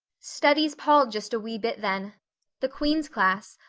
studies palled just a wee bit then the queen's class,